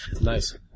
Nice